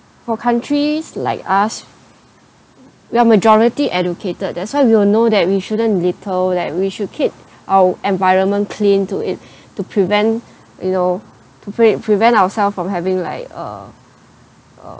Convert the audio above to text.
for countries like us we are majority educated that's why we will know that we shouldn't litter that we should keep our environment clean to it to prevent you know to pre~ prevent ourselves from having like uh uh